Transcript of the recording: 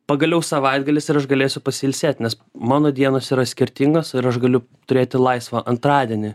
pagaliau savaitgalis ir aš galėsiu pasiilsėt nes mano dienos yra skirtingos ir aš galiu turėti laisvą antradienį